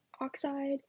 oxide